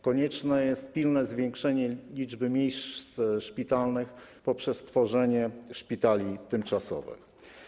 Konieczne jest pilne zwiększenie liczby miejsc szpitalnych poprzez tworzenie szpitali tymczasowych.